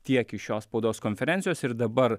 tiek iš šios spaudos konferencijos ir dabar